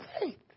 faith